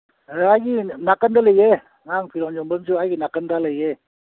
ꯑꯦ ꯑꯩ ꯅꯥꯀꯟꯗ ꯂꯩꯌꯦ ꯑꯉꯥꯡ ꯐꯤꯔꯣꯟ ꯌꯣꯟꯕꯝ ꯑꯃꯁꯨ ꯑꯩꯒꯤ ꯅꯥꯀꯟꯗ ꯂꯩꯌꯦ